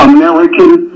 American